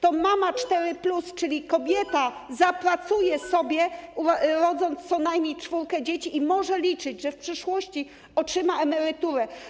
To mama 4+, czyli kobieta, zapracuje sobie na to, rodząc co najmniej czwórkę dzieci, i może liczyć, że w przyszłości otrzyma emeryturę.